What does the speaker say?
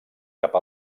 cap